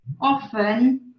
often